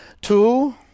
two